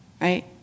right